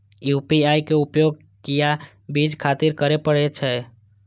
UPI के उपयोग किया चीज खातिर करें परे छे?